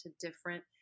different